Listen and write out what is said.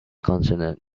consonant